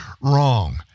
Wrong